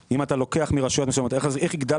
אם אתה לוקח מראשי רשויות, איך יגדל?